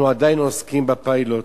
אנחנו עדיין עוסקים בפיילוט.